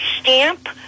stamp